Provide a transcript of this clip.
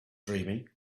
dreaming